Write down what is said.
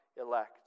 elect